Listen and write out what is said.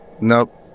Nope